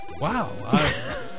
Wow